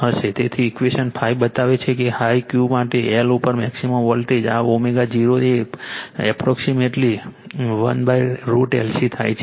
તેથી ઈક્વેશન 5 બતાવે છે કે હાઈ Q માટે L ઉપર મેક્સિમમ વોલ્ટેજ આ ω0 એપ્રોક્સિમેટલી 1√L C થાય છે